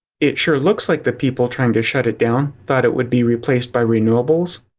it sure looks like the people trying to shut it down thought it would be replaced by renewables.